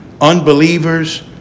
Unbelievers